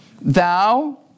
thou